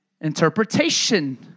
interpretation